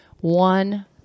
one